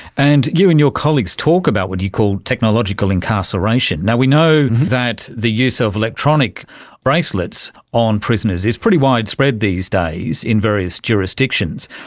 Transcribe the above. and you and your colleagues talk about what you call technological incarceration. we know that the use of electronic bracelets on prisoners is pretty widespread these days in various jurisdictions.